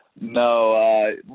no